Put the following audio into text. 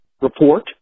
report